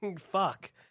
fuck